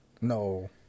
No